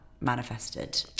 manifested